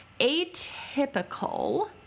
Atypical